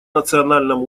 национальном